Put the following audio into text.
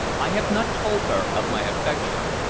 i have not told her of my affection.